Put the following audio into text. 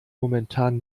momentan